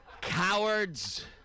cowards